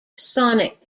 sonic